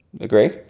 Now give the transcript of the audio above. Agree